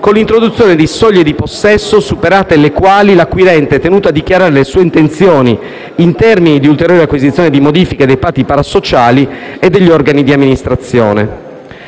con l'introduzione di soglie di possesso superate le quali l'acquirente è tenuto a dichiarare le sue intenzioni in termini di ulteriori acquisizioni di modifiche dei patti parasociali e degli organi di amministrazione.